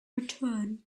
return